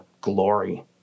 glory